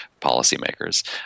policymakers